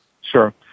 Sure